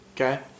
Okay